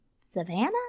Savannah